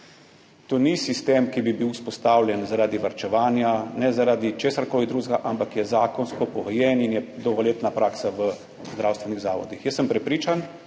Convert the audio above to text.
To ni sistem, ki bi bil vzpostavljen zaradi varčevanja, ne zaradi česarkoli drugega, ampak je zakonsko pogojen in je dolgoletna praksa v zdravstvenih zavodih. Jaz sem prepričan,